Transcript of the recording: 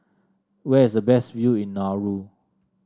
where is the best view in Nauru